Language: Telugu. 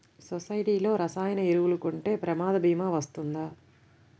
సొసైటీలో రసాయన ఎరువులు కొంటే ప్రమాద భీమా వస్తుందా?